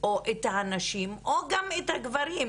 או את הנשים, או גם את הגברים,